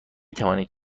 توانید